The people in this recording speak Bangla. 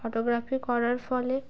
ফটোগ্রাফি করার ফলে